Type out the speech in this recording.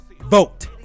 vote